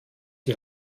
die